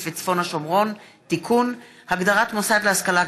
וצפון השומרון (תיקון) (הגדרת מוסד להשכלה גבוהה),